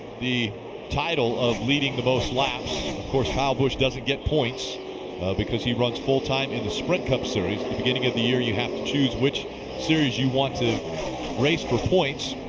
the title of leading the most laps. of course, kyle ah busch doesn't get points because he runs full time in the sprint cup series. beginning of the year you have to choose which series you want to race for points.